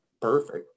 perfect